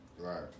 Right